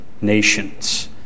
nations